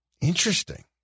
Interesting